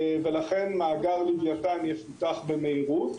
ולכן מאגר לוויתן יפותח במהירות.